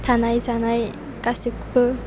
थानाय जानाय गासैखौबो